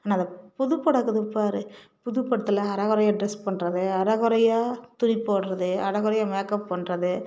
and அதை புதுப்படம் இருக்குது பார் புதுப்படத்தில் அரை குறையா ட்ரெஸ் பண்ணுறது அரை குறையா துணி போடுறது அரை குறையா மேக்அப் பண்ணுறது